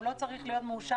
הוא לא צריך להיות מאושר,